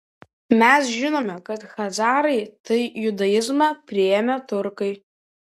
mes žinome kad chazarai tai judaizmą priėmę tiurkai